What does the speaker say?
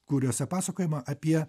kuriose pasakojama apie